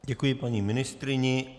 Děkuji paní ministryni.